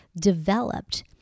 developed